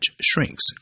shrinks